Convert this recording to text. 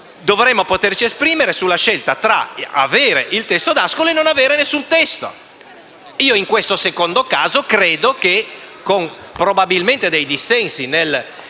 dovremmo poterci esprime sulla scelta di avere il testo D'Ascola o non avere nessuno testo. In questo secondo caso credo che, probabilmente con dissensi nel